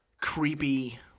creepy